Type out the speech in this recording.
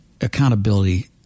accountability